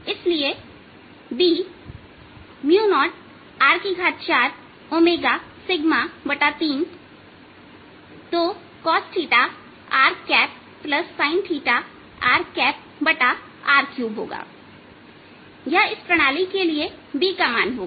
इसलिए B 0R432 cos rsin rr3 यह इस प्रणाली के लिए B का मान होगा